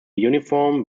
uniform